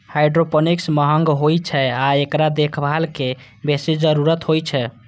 hydroponics महंग होइ छै आ एकरा देखभालक बेसी जरूरत होइ छै